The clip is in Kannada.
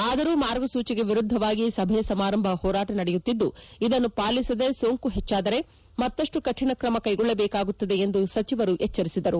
ಆದರೂ ಮಾರ್ಗಸೂಚಿಗೆ ವಿರುದ್ದವಾಗಿ ಸಭೆ ಸಮಾರಂಭ ಹೋರಾಟ ನಡೆಯುತ್ತಿದ್ದು ಇದನ್ನು ಪಾಲಿಸದೆ ಸೋಂಕು ಹೆಚ್ಚಾದರೆ ಮತ್ತಷ್ಟು ಕಠಿಣ ಕ್ರಮ ಕೈಗೊಳ್ಳಬೇಕಾಗುತ್ತದೆ ಎಂದು ಸಚಿವರು ಎಭ್ಷರಿಸಿದರು